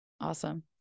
Awesome